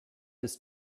ist